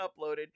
uploaded